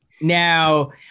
Now